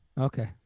Okay